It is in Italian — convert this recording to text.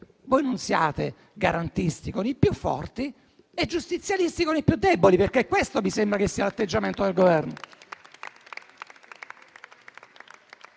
voi non siate garantisti con i più forti e giustizialisti con i più deboli, perché questo mi sembra che sia l'atteggiamento del Governo.